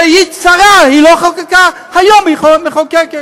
כשהיית שרה היא לא חוקקה, היום היא מחוקקת.